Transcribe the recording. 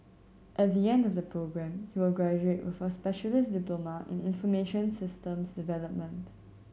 at the end of the programme he will graduate with a specialist diploma in information systems development